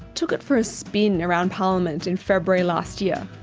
took it for a spin around parliament in february last year.